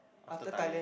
after Thailand